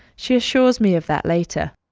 she assures me of that later.